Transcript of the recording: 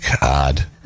god